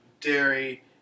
dairy